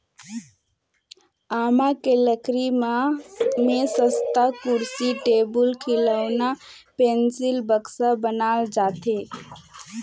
आमा के लकरी में सस्तहा कुरसी, टेबुल, खिलउना, पेकिंग, बक्सा बनाल जाथे